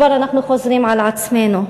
כבר אנחנו חוזרים על עצמנו,